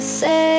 say